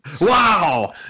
wow